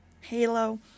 Halo